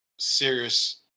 serious